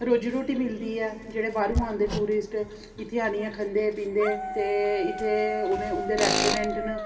रोजी रुट्टी मिलदी ऐ जेह्ड़े बाह्रूं औंदे टूरिस्ट इत्थै आह्नियै खंदे पींदे ते इत्थै उं'दे रैस्टोरैंट न